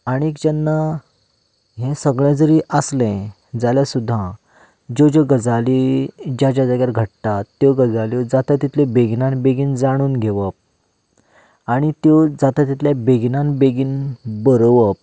आनी जेन्ना हें सगळें जरी आसलें जाल्यार सुद्दां ज्यो ज्यो गजाली ज्या ज्या जाग्यार घडटा त्यो गजाल्यो जाता तितले बेगिनाच बेगीन जाणून घेवप आनी त्यो जाता तितल्या बेगिनाच बेगीन बरोवप